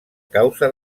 causa